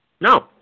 No